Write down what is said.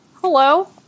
Hello